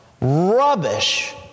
rubbish